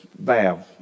valve